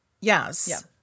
Yes